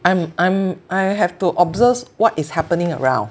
I'm I'm I have to observe what is happening around